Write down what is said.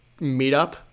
meetup